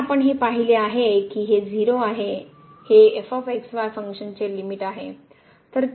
तर आपण हे पाहिले आहे की ही 0 हे f x y फंक्शनचे लिमिट आहे